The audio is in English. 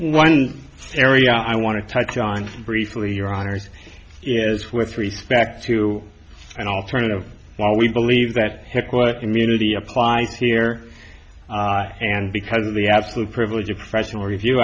one area i want to touch on briefly your honour's is with respect to an alternative while we believe that hc was community applies here and because of the absolute privilege of professional review